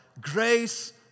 grace